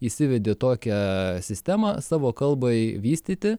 įsivedė tokią sistemą savo kalbai vystyti